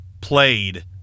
played